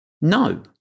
No